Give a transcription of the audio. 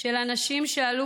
של אנשים שעלו